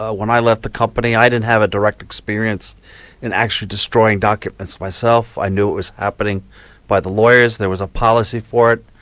ah when i left the company i didn't have a direct experience in actually destroying documents myself. i knew it was happening by the lawyers, there was a policy for it.